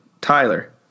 Tyler